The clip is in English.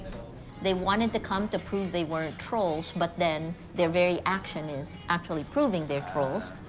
they wanted to come to prove they weren't trolls, but then their very action is actually proving they're trolls,